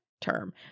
term